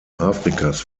afrikas